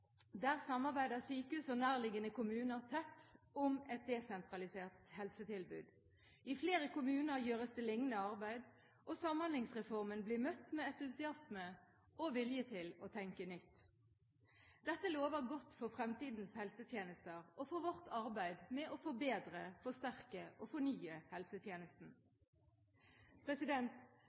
Der samarbeider sykehus og nærliggende kommuner tett om et desentralisert helsetilbud. I flere kommuner gjøres det lignende arbeid, og Samhandlingsreformen blir møtt med entusiasme og vilje til å tenke nytt. Dette lover godt for fremtidens helsetjenester og for vårt arbeid med å forbedre, forsterke og fornye